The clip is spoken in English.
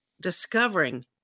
discovering